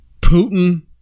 Putin